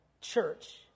church